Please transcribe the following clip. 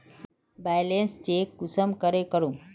Balance check कुंसम करे करूम?